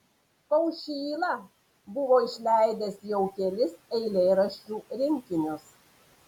kaušyla buvo išleidęs jau kelis eilėraščių rinkinius